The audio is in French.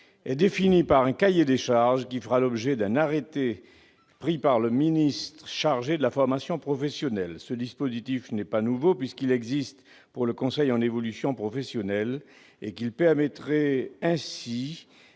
est définie par un cahier des charges qui fera l'objet d'un arrêté pris par le ministre chargé de la formation professionnelle. Ce dispositif n'est pas nouveau, puisqu'il existe pour le conseil en évolution professionnelle. L'adoption